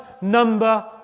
number